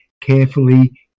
carefully